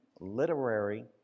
Literary